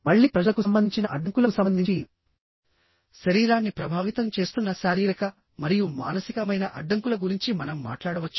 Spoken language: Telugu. మళ్ళీ ప్రజలకు సంబంధించిన అడ్డంకులకు సంబంధించి శరీరాన్ని ప్రభావితం చేస్తున్న శారీరక మరియు మానసికమైన అడ్డంకుల గురించి మనం మాట్లాడవచ్చు